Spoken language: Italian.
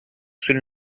solo